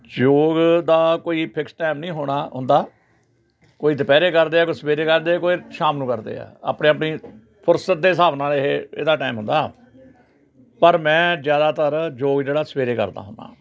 ਯੋਗ ਦਾ ਕੋਈ ਫਿਕਸ ਟਾਈਮ ਨਹੀਂ ਹੋਣਾ ਹੁੰਦਾ ਕੋਈ ਦੁਪਹਿਰੇ ਕਰਦੇ ਹੈ ਕੋਈ ਸਵੇਰੇ ਕਰਦੇ ਕੋਈ ਸ਼ਾਮ ਨੂੰ ਕਰਦੇ ਆ ਆਪਣੇ ਆਪਣੀ ਫੁਰਸਤ ਦੇ ਹਿਸਾਬ ਨਾਲ ਇਹ ਇਹਦਾ ਟਾਈਮ ਹੁੰਦਾ ਪਰ ਮੈਂ ਜ਼ਿਆਦਾਤਰ ਯੋਗ ਜਿਹੜਾ ਸਵੇਰੇ ਕਰਦਾ ਹੁੰਦਾ